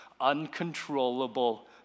uncontrollable